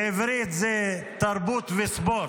בעברית זה תרבות וספורט,